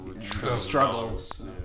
struggles